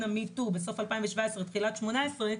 ה-Me Too בסוף 2017 ותחילת 2018,